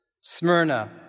Smyrna